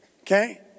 okay